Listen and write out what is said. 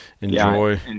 enjoy